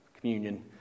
communion